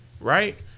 right